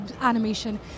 animation